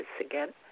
again